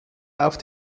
auf